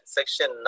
Section